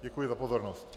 Děkuji za pozornost.